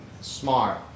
smart